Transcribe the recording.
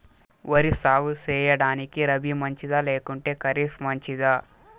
వరి సాగు సేయడానికి రబి మంచిదా లేకుంటే ఖరీఫ్ మంచిదా